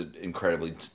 incredibly